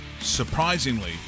surprisingly